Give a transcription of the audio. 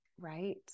Right